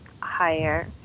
higher